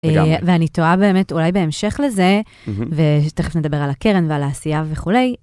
ואני תוהה באמת אולי בהמשך לזה, ותכף נדבר על הקרן ועל העשייה וכולי.